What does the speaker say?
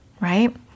right